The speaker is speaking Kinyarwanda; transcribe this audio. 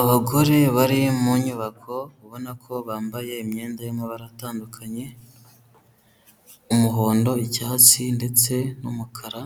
Abagore bari mu nyubako, ubona ko bambaye imyenda y'amabara atandukanye umuhondo, icyatsi ndetse n'umukara,